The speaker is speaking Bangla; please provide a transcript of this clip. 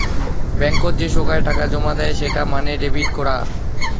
বেঙ্কত যে সোগায় টাকা জমা দেয় সেটা মানে ডেবিট করাং